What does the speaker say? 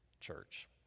church